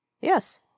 Yes